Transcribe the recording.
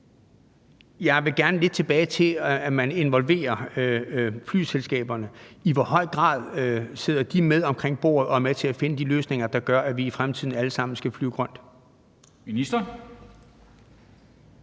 Jeg vil gerne lidt tilbage til, at man involverer flyselskaberne. I hvor høj grad sidder de med omkring bordet og er med til at finde de løsninger, der gør, at vi i fremtiden alle sammen skal flyve grønt? Kl.